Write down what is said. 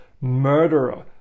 murderer